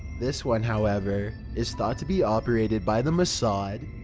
this one, however, is thought to be operated by the mossad.